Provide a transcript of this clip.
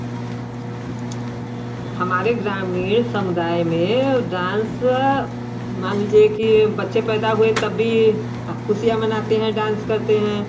हमारे ग्रामीण समुदाय में डांस मान लीजिए कि बच्चे पैदा हुए तब भी खुशियाँ मनाते हैं डांस करते हैं